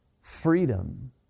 freedom